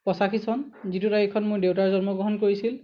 পঁচাশী চন যিটো তাৰিখত মোৰ দেউতা জন্ম গ্ৰহণ কৰিছিল